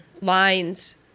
lines